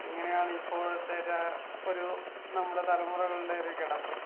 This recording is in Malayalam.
ഇങ്ങനെയാണ് ഇപ്പോഴത്തെ ര ഒരു നമ്മുടെ തലമുറകളുടെ ഒരു കിടപ്പ്